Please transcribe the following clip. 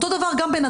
כנ"ל גם בנתב"ג.